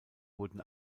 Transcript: wurden